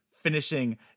finishing